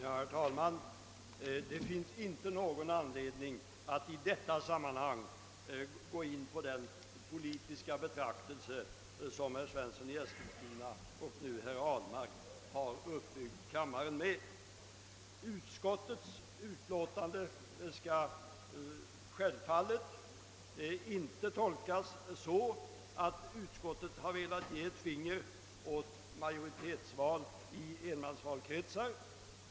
Herr talman! Det finns inte någon anledning att i detta sammanhang gå in på den politiska betraktelse som herr Svensson i Eskilstuna och nu även herr Ahlmark har uppbyggt kammaren med. Utskottets utlåtande skall självfallet inte tolkas så att utskottet har velat förorda majoritetsval i enmansvalkretsar.